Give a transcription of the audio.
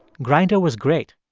grindr was great